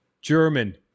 German